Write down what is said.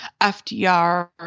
FDR